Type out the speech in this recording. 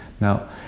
now